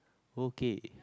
okay